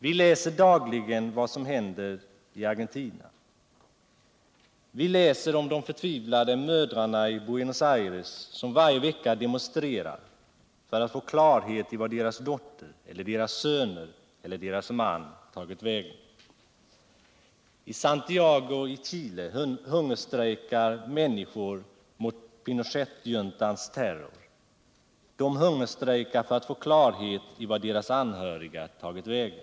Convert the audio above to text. Vi läser dagligen om vad som händer i Argentina, vi läser om de förtvivlade mödrarna i Buenos Aires som varje vecka demonstrerar för att få klarhet i vart deras döttrar, deras söner eller deras män tagit vägen. I Santiago i Chile hungerstrejkar människor mot Pinochetjuntans terror. De hungerstrejkar för att få klarhet i vart deras anhöriga tagit vägen.